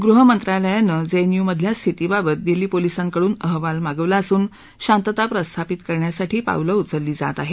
गृह मंत्रालयानं जेएनयूमधल्या स्थितीबाबत दिल्ली पोलिसांकडून अहवाल मागवला असून शांतता प्रस्थापित करण्यासाठी पावलं उचलली जात आहेत